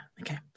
Okay